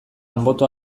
anboto